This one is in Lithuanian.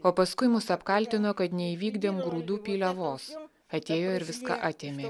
o paskui mus apkaltino kad neįvykdėm grūdų pyliavos atėjo ir viską atėmė